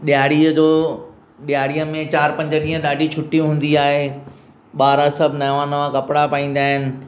ॾियारीअ जो ॾियारीअ में चारि पंज ॾींहं ॾाढी छुटी हूंदी आहे ॿार सभु नवां नवां कपिड़ा पाईंदा आहिनि